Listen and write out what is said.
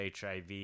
HIV